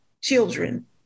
children